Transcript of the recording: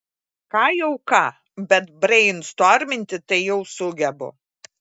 ką jau ką bet breinstorminti tai jau sugebu